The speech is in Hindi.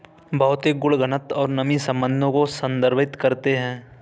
भौतिक गुण घनत्व और नमी संबंधों को संदर्भित करते हैं